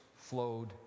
flowed